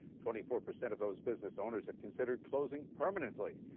twenty four percent of those business owners have considered closing permanently.